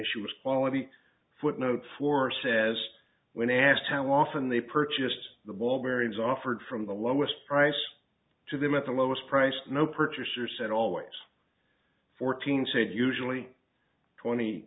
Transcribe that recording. issue is quality footnote for says when asked how often they purchased the ball bearings offered from the lowest price to them at the lowest price no purchaser said always fourteen said usually twenty